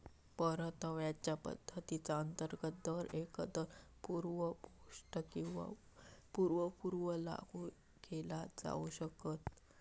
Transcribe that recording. परताव्याच्यो पद्धतीचा अंतर्गत दर एकतर पूर्व पोस्ट किंवा पूर्व पूर्व लागू केला जाऊ शकता